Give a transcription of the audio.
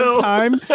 time